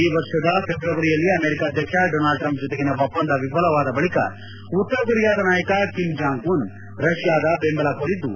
ಈ ವರ್ಷದ ಫೆಬ್ರವರಿಯಲ್ಲಿ ಅಮೆರಿಕ ಅಧ್ಯಕ್ಷ ಡೊನಾಲ್ಡ್ ಟ್ರಂಪ್ ಜತೆಗಿನ ಒಪ್ಪಂದ ವಿಫಲವಾದ ಬಳಕ ಉತ್ತರ ಕೊರಿಯಾದ ನಾಯಕ ಕಿಮ್ ಜಾಂಗ್ ಉನ್ ರಷ್ಯಾದ ಬೆಂಬಲ ಕೋರಿದ್ದು